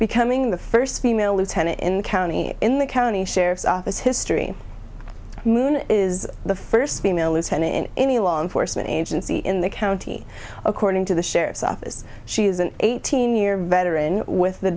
becoming the first female lieutenant in county in the county sheriff's office history moon is the first female lieutenant in any law enforcement agency in the county according to the sheriff's office she is an eighteen year veteran with the